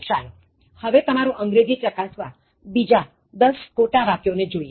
ચાલોહવે તમારું અંગ્રેજી ચકાસવા બીજા દસ ખોટા વાક્યોને જોઇએ